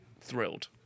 thrilled